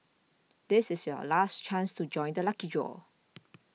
this is your last chance to join the lucky draw